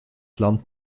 land